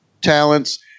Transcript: talents